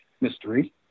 mystery